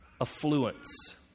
affluence